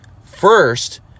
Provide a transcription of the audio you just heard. First